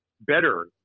better